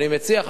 אני מציע,